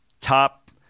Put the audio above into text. top